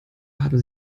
haben